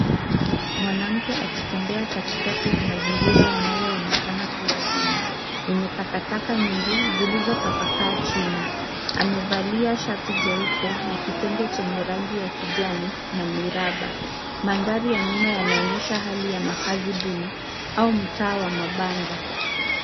Mwanamke mmoja anatembea katikati ya eneo lililoonekana kuwa duni. Kuna takataka nyingi zimetapakaa chini. Amevaa shati la ChatGP na kitenge chenye rangi za kijani na muundo wa mviringo. Mandhari ya eneo hilo inaonyesha hali ya umasikini au maeneo yenye mabanda.